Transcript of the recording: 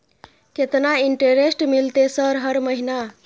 केतना इंटेरेस्ट मिलते सर हर महीना?